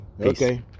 Okay